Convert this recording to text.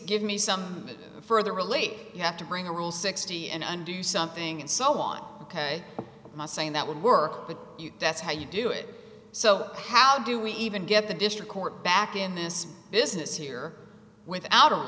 give me some further relate you have to bring a rule sixty and under you something and so on ok my saying that would work but that's how you do it so how do we even get the district court back in this business here without